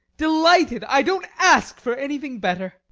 delighted! i don't ask for anything better.